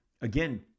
again